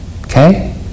okay